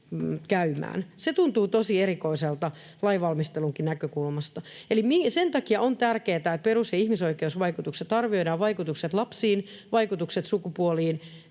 Se tuntuu tosi erikoiselta lainvalmistelunkin näkökulmasta. Eli sen takia on tärkeätä, että perus- ja ihmisoikeusvaikutukset arvioidaan, vaikutukset lapsiin, vaikutukset sukupuoleen